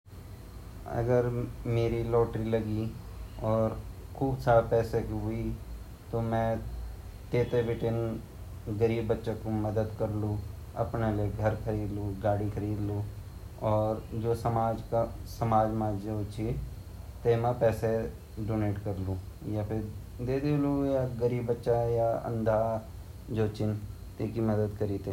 मान ल्यो की मेन लाटरी जीत्याल अर मेमू लोटरीगा पैसा अगिन आ पैसा अगेन ता मि क्या करोलु सबसे पहली मि दयेखलु की भई जे गाऊँ मा मि रौंदू ता वेमा सड़क सबसे पहली वे सड़क ठीक करोलु ताकि गाड़ी एसके अर गाड़ी अंडा बाद मि अपर पर्सनल अपुते बड़ा सुन्दर-सुन्दर सूट ल्योलु अर अगर मेमू क्वे चीज़े कमी ची ता उ ल्योलु अर बाकि पंचायत ते दी दयालु अर आपुते नया-नया सूट ल्योलु किले की उ मेते भोत ची।